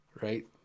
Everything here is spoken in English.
right